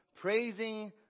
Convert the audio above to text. praising